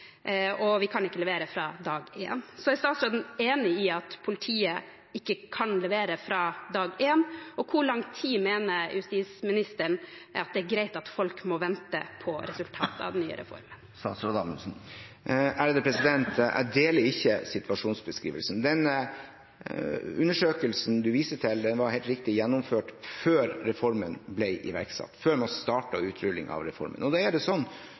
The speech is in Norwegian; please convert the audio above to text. ikke kan levere fra dag én. Er statsråden enig i at politiet ikke kan levere fra dag én? Og hvor lang tid mener justisministeren at det er greit at folk må vente på resultatet av den nye reformen? Jeg deler ikke situasjonsbeskrivelsen. Den undersøkelsen representanten viser til, var – helt riktig – gjennomført før reformen ble iverksatt, før man startet utrullingen av reformen. Og da er det sånn,